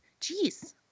Jeez